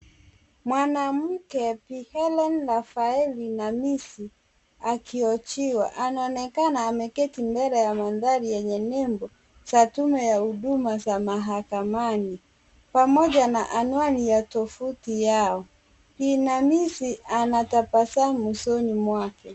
Mwanamke Bi. Helene Rafaela Namisi akihojiwa. Anaonekana ameketi mbele ya mandhari yenye nembo za tume za huduma za mahakamani, pamoja na anwani ya tuvuti yao. Bi. Namisi anatabasamu usoni mwake.